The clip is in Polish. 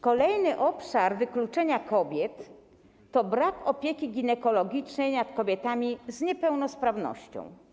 Kolejny obszar wykluczenia kobiet to brak opieki ginekologicznej nad kobietami z niepełnosprawnością.